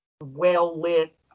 well-lit